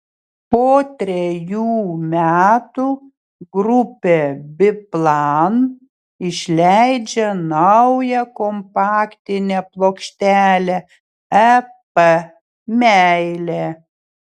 po trejų metų grupė biplan išleidžia naują kompaktinę plokštelę ep meilė